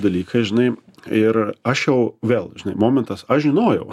dalykai žinai ir aš jau vėl žinai momentas aš žinojau